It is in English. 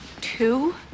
Two